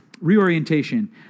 Reorientation